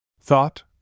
Thought